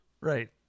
Right